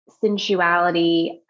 sensuality